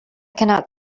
cannot